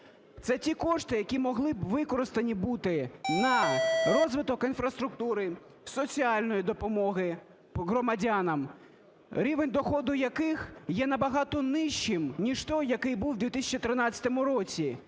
Це ті кошти, які могли би використані бути на розвиток інфраструктури, соціальної допомоги громадянам, рівень доходу яких є набагато нижчим, ніж той, який був в 2013 році.